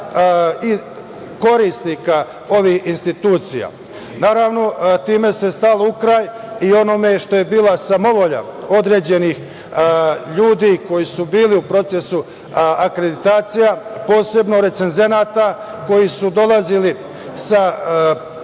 i korisnika ovih institucija. Naravno, time se stalo u kraj i onome što je bila samovolja određenih ljudi koji su bili u procesu akreditacija, posebno recenzenata koji su dolazili sa najvećih